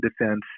defense